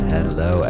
Hello